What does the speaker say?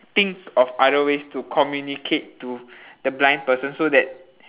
think of other ways to communicate to the blind person so that